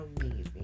amazing